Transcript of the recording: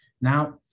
Now